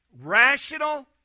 rational